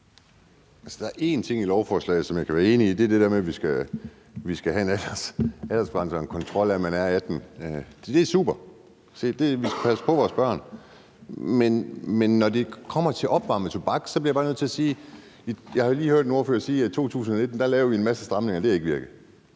Der er én ting i lovforslaget, som jeg kan være enig i, og det er det der med, at vi skal have en aldersgrænse og en kontrol af, at man er 18. Så det er super. Vi skal passe på vores børn. Men når det kommer til opvarmet tobak, bliver jeg bare nødt til at sige, at jeg lige har hørt en ordfører sige, at i 2019 lavede vi en masse stramninger, og det har ikke virket.